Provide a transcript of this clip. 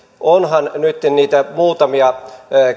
toivottavasti niitä muutamia